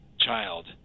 child